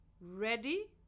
Ready